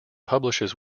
publishes